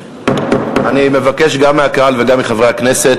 אני מבקש גם מהקהל וגם מחברי הכנסת